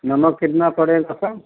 नमक कितना पड़ेगा सर